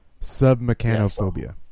Sub-mechanophobia